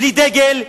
בלי דגל,